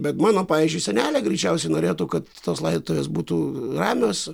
bet mano pavyzdžiui senelė greičiausiai norėtų kad tos laidotuvės būtų ramios